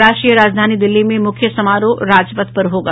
राष्ट्रीय राजधानी दिल्ली में मुख्य समारोह राजपथ पर होगा